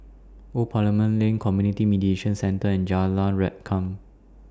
Old Parliament Lane Community Mediation Centre and Jalan Rengkam